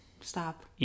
Stop